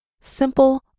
Simple